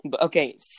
Okay